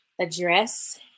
address